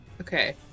Okay